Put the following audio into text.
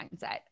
mindset